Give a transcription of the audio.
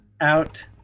out